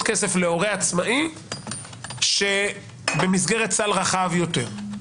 כסף להורה עצמאי במסגרת סל רחב יותר.